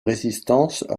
résistance